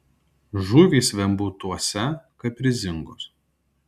žuvys vembūtuose kaprizingos